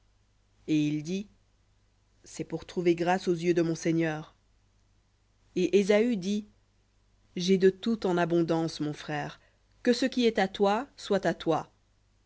et il dit c'est pour trouver grâce aux yeux de mon seigneur et ésaü dit j'ai en abondance mon frère que ce qui est à toi soit à toi